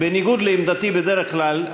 בניגוד לעמדתי בדרך כלל,